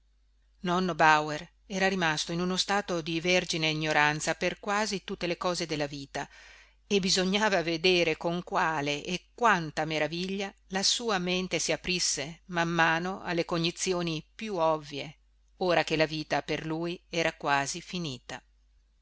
nonno bauer era rimasto in uno stato di vergine ignoranza per quasi tutte le cose della vita e bisognava vedere con quale e quanta meraviglia la sua mente si aprisse man mano alle cognizioni più ovvie ora che la vita per lui era quasi finita